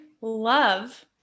love